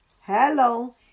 Hello